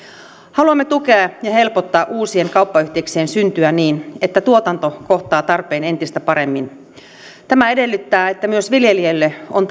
haluamme tukea ja helpottaa uusien kauppayhteyksien syntyä niin että tuotanto kohtaa tarpeen entistä paremmin tämä edellyttää että myös viljelijöille on